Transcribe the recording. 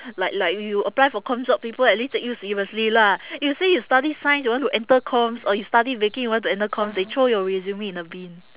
like like you apply for comm job people at least take you seriously lah if you say study science you want to enter comms or you study baking you want to enter comms they throw your resume in the bin